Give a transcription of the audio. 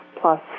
plus